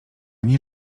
nie